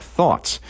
Thoughts